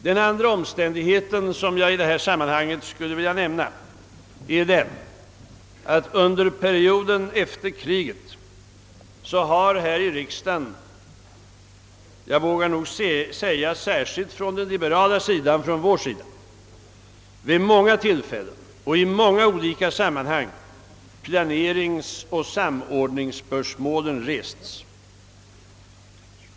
Den andra omständighet som jag skulle vilja nämna är att under perioden efter kriget har här i riksdagen — jag vågar säga särskilt från den liberala sidan, från vår sida — vid många tillfällen och i många olika sammanhang planeringsoch samordningsspörsmålen rests.